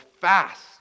fast